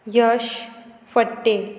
Yash Phadte